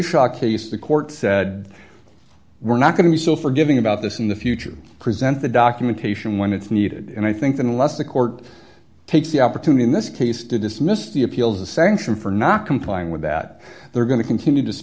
shot case the court said we're not going to be so forgiving about this in the future present the documentation when it's needed and i think that unless the court takes the opportunity in this case to dismiss the appeals the sanction for not complying with that they're going to continue t